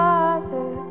Father